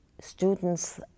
students